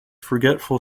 forgetful